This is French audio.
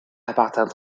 appartint